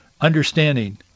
understanding